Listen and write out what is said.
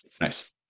Nice